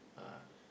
uh